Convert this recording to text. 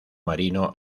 marino